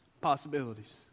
Possibilities